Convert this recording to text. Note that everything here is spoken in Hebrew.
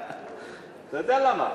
אתה יודע למה.